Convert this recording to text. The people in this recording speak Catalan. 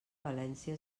valència